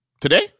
Today